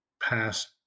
past